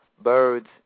birds